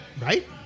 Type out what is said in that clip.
right